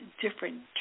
different